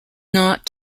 not